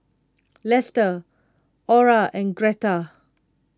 Lester Orah and Gertha